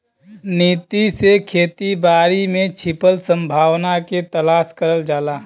नीति से खेती बारी में छिपल संभावना के तलाश करल जाला